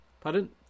Pardon